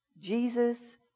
Jesus